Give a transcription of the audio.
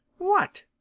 what?